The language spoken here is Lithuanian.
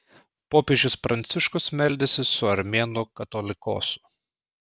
popiežius pranciškus meldėsi su armėnų katolikosu